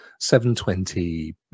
720